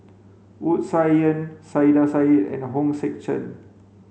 Wu Tsai Yen Saiedah Said and Hong Sek Chern